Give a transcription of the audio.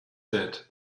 that